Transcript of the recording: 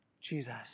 Jesus